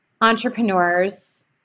entrepreneurs